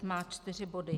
Má čtyři body.